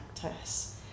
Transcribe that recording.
practice